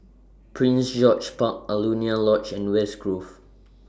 Prince George's Park Alaunia Lodge and West Grove